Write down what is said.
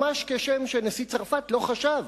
ממש כשם שנשיא צרפת לא חשב